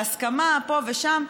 בהסכמה פה ושם,